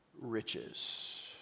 riches